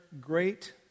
great